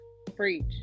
preach